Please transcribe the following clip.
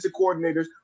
coordinators